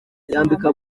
yambika